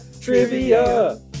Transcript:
trivia